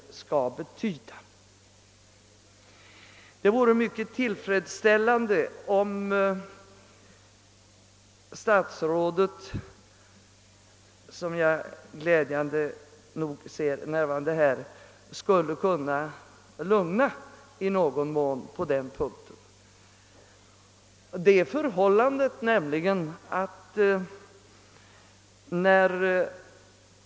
Det vore mycket tillfredsställande om herr statsrådet, som jag glädjande nog finner vara närvarande i kammaren, i någon mån kunde lugna de oroliga på denna punkt.